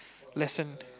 lesson